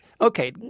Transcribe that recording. Okay